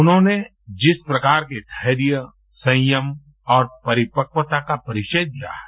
उन्होंने जिस प्रकार के धैर्य संयम और परिपक्वता का परिचय दिया है